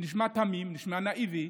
נשמע תמים, נשמע נאיבי.